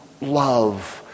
love